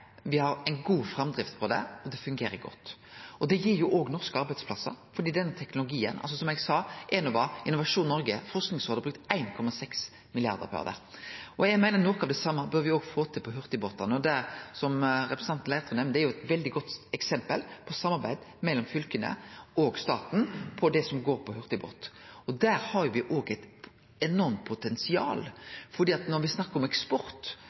har ei god framdrift på det, og det fungerer godt. Det gir òg norske arbeidsplassar, for som eg sa, har Enova, Innovasjon Noreg og Forskingsrådet brukt 1,6 mrd. kr på det. Eg meiner at noko av det same bør me òg få til på hurtigbåtane. Det som representanten Leirtrø nemnde, er eit veldig godt eksempel på samarbeid mellom fylka og staten om hurtigbåtane. Der har me òg eit enormt potensial, for når me snakkar om eksport,